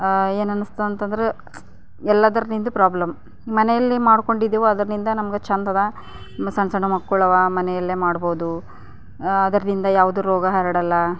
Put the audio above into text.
ಏನನ್ನಿಸ್ತದಂತಂದ್ರೆ ಎಲ್ಲದರಿಂದ ಪ್ರಾಬ್ಲಮ್ ಮನೆಯಲ್ಲಿ ಮಾಡ್ಕೊಂಡಿದ್ದೇವೆ ಅದರಿಂದ ನಮಗೆ ಚೆಂದದ ಸಣ್ಣ ಸಣ್ಣ ಮಕ್ಕಳವ ಮನೆಯಲ್ಲೇ ಮಾಡಬಹುದು ಅದರಿಂದ ಯಾವುದೇ ರೋಗ ಹರಡಲ್ಲ